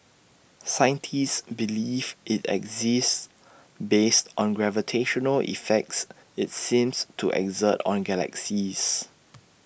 scientists believe IT exists based on gravitational effects IT seems to exert on galaxies